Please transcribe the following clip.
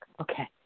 Okay